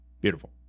Beautiful